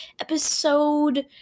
episode